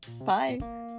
Bye